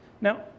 Now